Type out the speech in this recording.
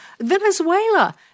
Venezuela